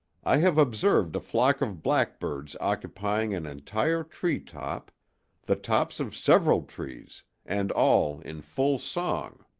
i have observed a flock of blackbirds occupying an entire tree-top the tops of several trees and all in full song.